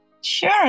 Sure